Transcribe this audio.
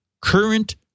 current